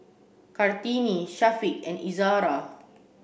Kartini Syafiq and Izzara